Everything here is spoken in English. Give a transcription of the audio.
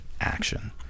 action